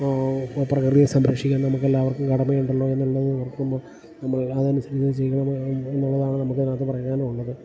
പ്രകൃതിയെ സംരക്ഷിക്കാൻ നമുക്കെല്ലാവർക്കും കടമയുണ്ടല്ലോ എന്നുള്ളത് ഓർക്കുമ്പോൾ നമ്മൾ അതനുസരിച്ച് ചെയ്യണം എന്നുള്ളതാണ് നമുക്ക് അതിനകത്ത് പറയാൻ ഉള്ളത്